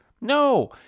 No